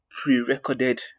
pre-recorded